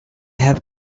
have